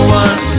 one